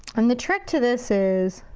and the trick to this is